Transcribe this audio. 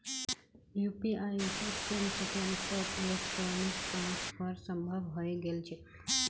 UPI स चंद सेकंड्सत इलेक्ट्रॉनिक ट्रांसफर संभव हई गेल छेक